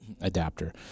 adapter